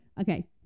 Okay